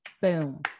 Boom